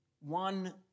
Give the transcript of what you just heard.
one